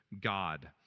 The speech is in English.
God